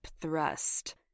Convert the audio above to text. thrust